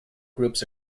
groups